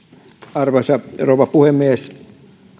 arvoisa rouva puhemies